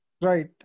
Right